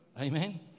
Amen